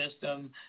system